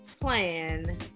plan